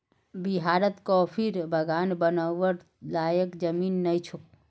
बिहारत कॉफीर बागान बनव्वार लयैक जमीन नइ छोक